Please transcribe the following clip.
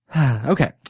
okay